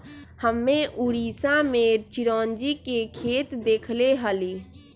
हम्मे उड़ीसा में चिरौंजी के खेत देखले हली